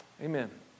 Amen